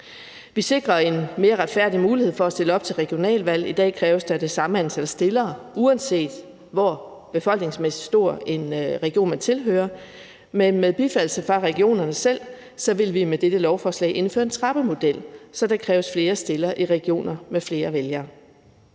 Vi sikrer en mere retfærdig mulighed for at stille op til regionalvalg. I dag kræves der det samme antal stillere, uanset hvor befolkningsmæssigt stor en region man tilhører, men med bifaldelse fra regionerne selv vil vi med dette lovforslag indføre en trappemodel, så der kræves flere stillere i regioner med flere vælgere.